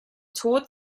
tod